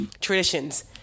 traditions